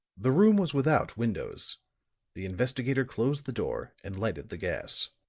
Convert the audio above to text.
the room was without windows the investigator closed the door and lighted the gas.